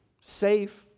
safe